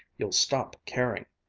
you'll stop caring.